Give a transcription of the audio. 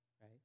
right